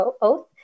Oath